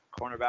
Cornerback